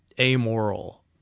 amoral